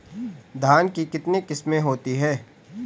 धान की कितनी किस्में होती हैं?